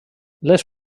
les